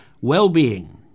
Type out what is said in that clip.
well-being